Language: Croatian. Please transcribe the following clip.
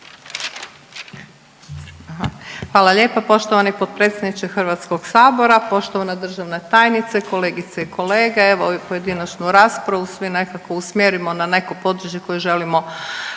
Hvala lijepa poštovani potpredsjedniče HS, poštovana državna tajnice, kolegice i kolege. Evo pojedinačnu raspravu svi nekako usmjerimo na neko područje koje želimo